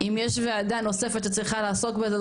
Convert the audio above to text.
אם יש ועדה נוספת שצריכה לעסוק בזה,